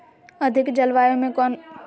अधिक जलवायु में कौन फसल होबो है?